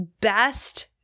best